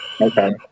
Okay